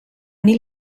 mil